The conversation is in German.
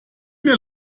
mir